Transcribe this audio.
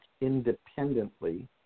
independently